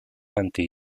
anti